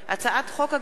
הצעת חוק הגנת